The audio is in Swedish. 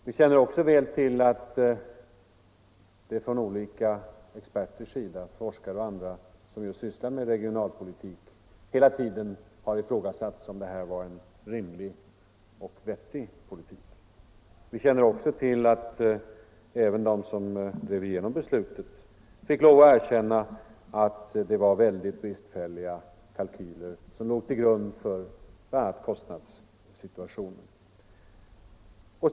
Vi känner också väl till att olika ex perter — forskare och andra som sysslar med regionalpolitik — hela tiden Nr 77 ifrågasatt om detta var en rimlig och vettig politik. Vi känner vidare Måndagen den väl till att även de som drev igenom beslutet fick lov att erkänna att 12 maj 1975 det var mycket bristfälliga kalkyler av bl.a. kostnaderna som låg till. grund för beslutet.